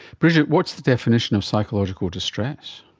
bridgette, what's the definition of psychological distress?